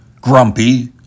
grumpy